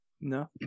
No